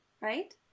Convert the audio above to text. right